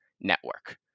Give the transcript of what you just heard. network